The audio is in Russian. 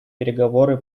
переговоры